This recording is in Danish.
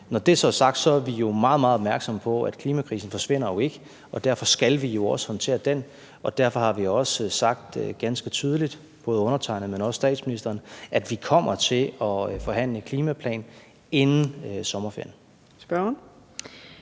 Når det så er sagt, er vi meget, meget opmærksomme på, at klimakrisen jo ikke forsvinder, og derfor skal vi også håndtere den. Derfor har vi også sagt ganske tydeligt, både undertegnede og statsministeren, at vi kommer til at forhandle om en klimaplan inden sommerferien.